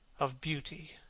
of beauty,